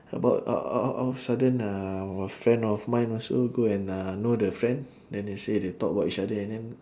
about out out out out of sudden uh our friend of mine also go and uh know the friend then they say they talk about each other and then